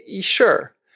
Sure